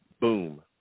boom